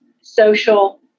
social